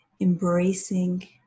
embracing